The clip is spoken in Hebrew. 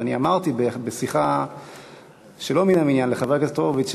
ואני אמרתי בשיחה שלא מן המניין לחבר הכנסת הורוביץ,